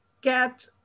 get